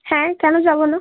হ্যাঁ কেন যাবো না